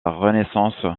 renaissance